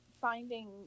finding